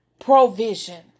provision